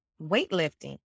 weightlifting